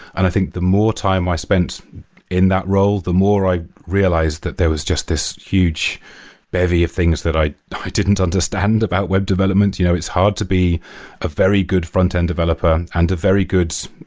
and i think the more time i spent in that role, the more i've realized that there was just this huge bevy of things that i didn't understand about web development. you know it's hard to be a very good frontend developer and a very good